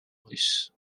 russe